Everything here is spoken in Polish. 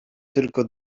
tylko